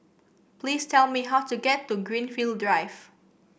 please tell me how to get to Greenfield Drive